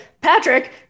Patrick